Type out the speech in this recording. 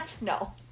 No